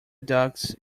ducks